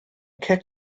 cic